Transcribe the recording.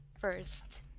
first